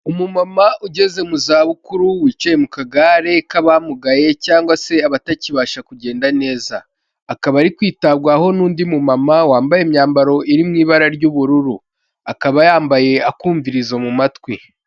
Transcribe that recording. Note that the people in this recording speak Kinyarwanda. Umumama ugeze mu zabukuru wicaye mu kagare k'abamugaye cyangwa se abatakibasha kugenda neza, akaba ari kwitabwaho n'undi mumama wambaye imyambaro iri mu ibara ry'ubururu, akaba yambaye akumvirizo mu matwi.